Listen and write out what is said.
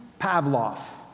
Pavlov